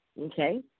Okay